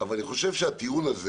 אבל אני חושב שהטיעון הזה